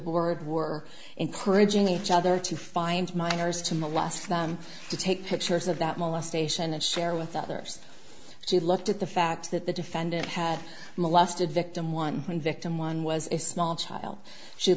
board were encouraging each other to find minors to molest them to take pictures of that molestation and share with others she looked at the fact that the defendant had molested victim one when victim one was a small child she